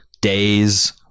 days